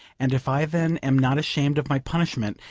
and if i then am not ashamed of my punishment,